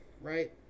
right